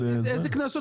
13 שנה.